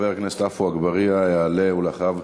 חבר הכנסת עפו אגבאריה יעלה, ואחריו,